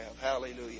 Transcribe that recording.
Hallelujah